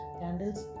candles